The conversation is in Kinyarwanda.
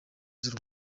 z’u